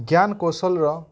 ଜ୍ଞାନ୍ କୌଶଲର